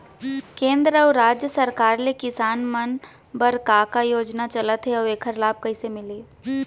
केंद्र अऊ राज्य सरकार ले किसान मन बर का का योजना चलत हे अऊ एखर लाभ कइसे मिलही?